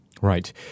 Right